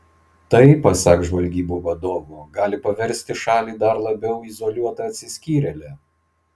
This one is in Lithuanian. tai pasak žvalgybų vadovo gali paversti šalį dar labiau izoliuota atsiskyrėle